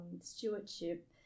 stewardship